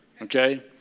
okay